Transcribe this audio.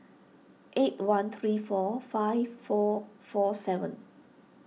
eight one three four five four four seven